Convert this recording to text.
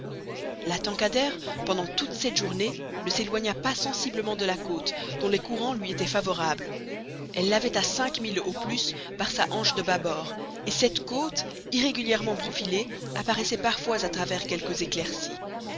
la tankadère pendant toute cette journée ne s'éloigna pas sensiblement de la côte dont les courants lui étaient favorables elle l'avait à cinq milles au plus par sa hanche de bâbord et cette côte irrégulièrement profilée apparaissait parfois à travers quelques éclaircies